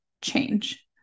change